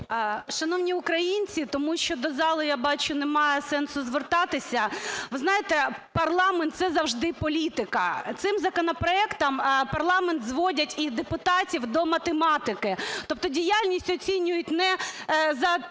Шановні українці, тому що до зали, я бачу, немає сенсу звертатися, ви знаєте, парламент – це завжди політика. Цим законопроектом парламент зводять і депутатів до математики. Тобто діяльність оцінюють не за тим,